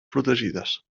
protegides